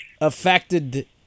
affected